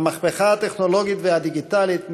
המהפכה הטכנולוגית והדיגיטלית,